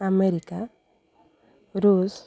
America russ